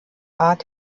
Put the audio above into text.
art